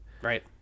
Right